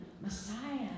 Messiah